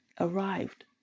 arrived